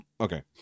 okay